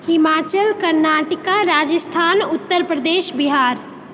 Himachal Karnataka Rajasthan Uttar Pradesh Bihar